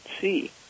see